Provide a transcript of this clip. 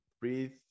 breathe